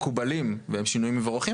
חלק מהדברים מקובלים והם שינויים מבורכים,